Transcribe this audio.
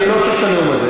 אני לא צריך את הנאום הזה,